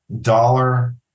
dollar